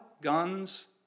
guns